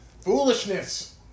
Foolishness